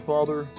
Father